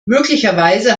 möglicherweise